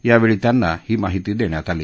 यावेळी त्यांना ही माहिती देण्यात आली